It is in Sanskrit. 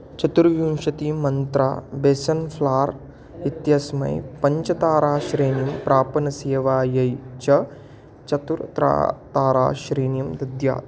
चतुर्विंशतिमन्त्रा बेसन् फ्लार् इत्यस्मै पञ्चताराश्रेणीं प्रापणसेवायै च चतुतारा ताराश्रेणीं दद्यात्